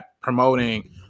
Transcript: promoting